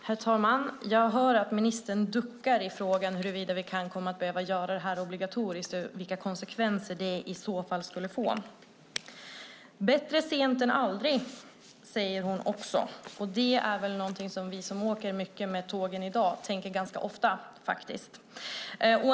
Herr talman! Jag hör att ministern duckar i frågan om huruvida vi kan komma att behöva göra detta obligatoriskt och vilka konsekvenser det i så fall skulle få. Bättre sent än aldrig, säger hon också, och det är väl någonting som vi som åker mycket med tågen i dag faktiskt tänker ganska ofta.